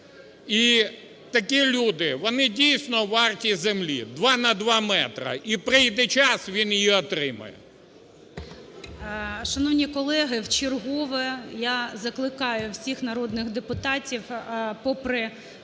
І такі люди – вони, дійсно, варті землі, два на два метри, і прийде час – він її отримає. ГОЛОВУЮЧИЙ. Шановні колеги, вчергове я закликаю всіх народних депутатів, попри